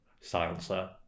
silencer